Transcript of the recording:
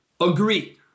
Agree